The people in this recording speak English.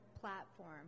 platform